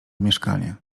mieszkanie